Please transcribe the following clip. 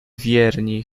wierni